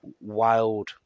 wild